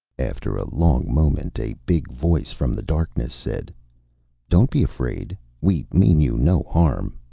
after a long moment, a big voice from the darkness said don't be afraid. we mean you no harm.